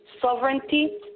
sovereignty